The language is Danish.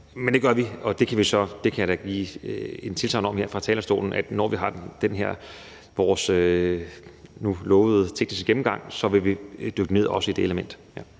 Men det gør vi, og jeg kan så give tilsagn om her fra talerstolen, at når vi skal have vores nu lovede tekniske gennemgang, vil vi også dykke ned i det element.